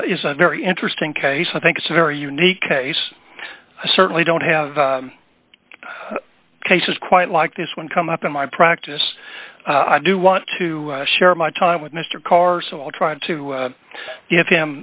is a very interesting case i think it's a very unique case i certainly don't have cases quite like this one come up in my practice i do want to share my time with mr karr so i'll try to you have him